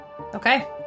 Okay